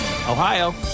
Ohio